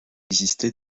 exister